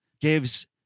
gives